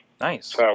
Nice